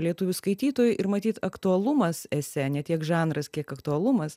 lietuvių skaitytojui ir matyt aktualumas esė ne tiek žanras kiek aktualumas